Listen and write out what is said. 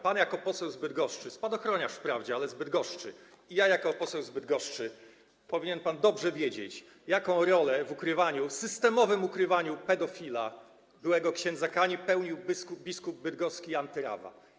Pan jako poseł z Bydgoszczy, spadochroniarz wprawdzie, ale z Bydgoszczy - i ja jako poseł z Bydgoszczy - powinien pan dobrze wiedzieć, jaką rolę w ukrywaniu, systemowym ukrywaniu pedofila, byłego ks. Kani, pełnił biskup bydgoski Jan Tyrawa.